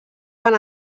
van